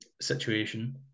situation